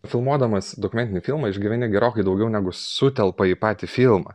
filmuodamas dokumentinį filmą išgyveni gerokai daugiau negu sutelpa į patį filmą